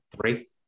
Three